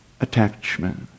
attachment